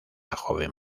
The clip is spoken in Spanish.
joven